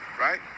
right